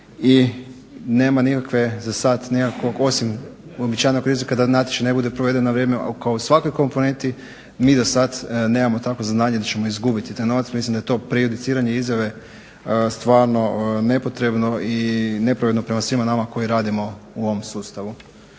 i nema nikakve za sad nikakvog osim uobičajenog rizika da natječaj ne bude proveden na vrijeme. A kao u svakoj komponenti mi za sad nemamo takvo saznanje da ćemo izgubiti taj novac. Mislim da je to prejudiciranje izjave stvarno nepotrebno i nepravedno prema svima nama koji radimo u ovom sustavu.